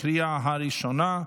בקריאה הראשונה.